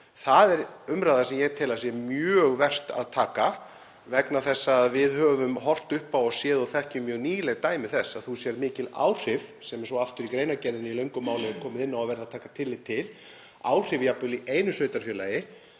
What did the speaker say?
Það er umræða sem ég tel að sé mjög vert að taka vegna þess að við höfum horft upp á og séð og þekkjum mjög nýleg dæmi þess að þú sérð mikil áhrif — sem er svo aftur í löngu máli komið inn á í greinargerðinni að verði að taka tillit til — jafnvel í einu sveitarfélagi